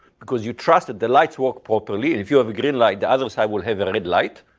because you trust that the lights work properly. and if you have a green light, the other side will have a red light,